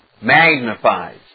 magnifies